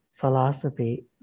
philosophy